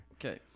Okay